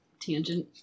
Tangent